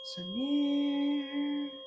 Samir